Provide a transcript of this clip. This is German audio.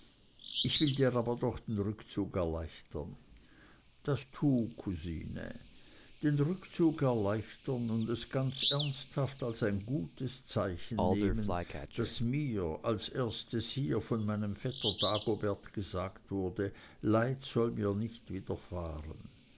ich will dir aber doch den rückzug erleichtern das tu cousine den rückzug erleichtern und es ganz ernsthaft als ein gutes zeichen nehmen daß mir als erstes hier von meinem vetter dagobert gesagt wurde leid soll mir nicht widerfahren